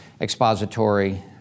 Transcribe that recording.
expository